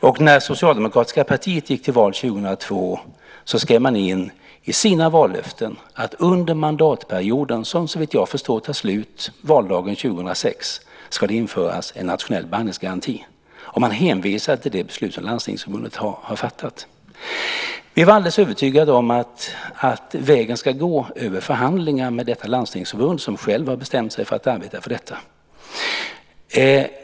När det socialdemokratiska partiet gick till val 2002 skrev man in i sina vallöften att under mandatperioden - som, såvitt jag förstår, tar slut valdagen 2006 - ska det införas en nationell behandlingsgaranti. Man hänvisade till det beslut som Landstingsförbundet har fattat. Vi var alldeles övertygade om att vägen ska gå över förhandlingar med detta landstingsförbund som självt bestämt sig för att arbeta för det här.